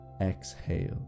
Exhale